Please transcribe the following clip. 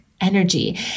energy